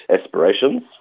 aspirations